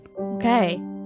Okay